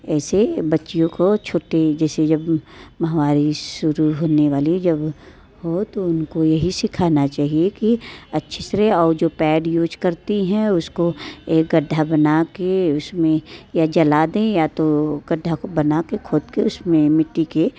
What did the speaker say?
ऐसे बच्चियों को चोटी जैसे जब महामारी शुरू होने वाली जब हो तो उनको यही सिखाना चाहिए कि अच्छे से और जो पेड यूज करती हैं उसको एक गड्ढा बना के उसमें या जला दें या तो गड्ढे को बना के खोद के उसमें मिट्टी के